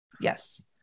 Yes